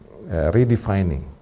redefining